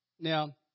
Now